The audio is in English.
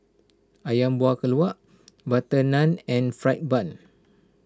Ayam Buah Keluak Butter Naan and Fried Bun